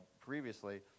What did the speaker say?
previously